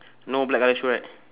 no black colour shoe right